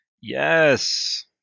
Yes